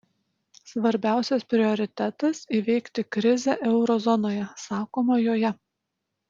svarbiausias prioritetas įveikti krizę euro zonoje sakoma joje